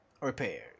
Repair